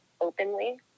openly